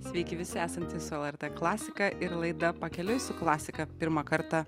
sveiki visi esantys su lrt klasika ir laida pakeliui su klasika pirmą kartą